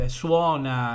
suona